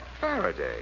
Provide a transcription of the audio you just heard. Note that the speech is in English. Faraday